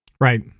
Right